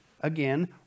again